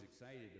excited